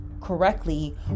correctly